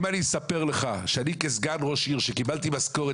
אני אספר לך שאני כסגן ראש עיר שקיבלתי משכורת